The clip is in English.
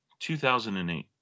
2008